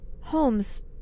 Holmes